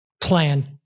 plan